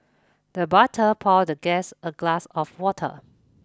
the butter poured the guest a glass of water